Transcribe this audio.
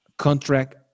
contract